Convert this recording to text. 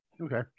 Okay